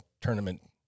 tournament